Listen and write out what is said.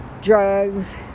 drugs